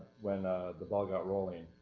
when the ball got rolling.